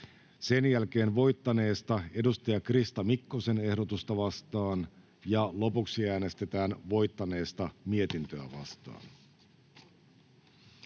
sen jälkeen voittaneesta edustaja Krista Mikkosen ehdotusta vastaan, ja lopuksi äänestetään voittaneesta mietintöä vastaan.